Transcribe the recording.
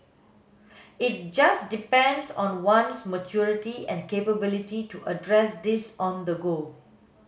it just depends on one's maturity and capability to address these on the go